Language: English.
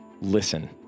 listen